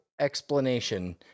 explanation